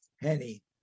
Henny